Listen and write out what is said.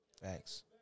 Thanks